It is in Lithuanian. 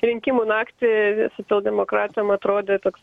rinkimų naktį socialdemokratam atrodė toks